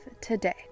today